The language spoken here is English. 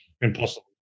Impossible